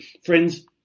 Friends